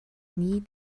nie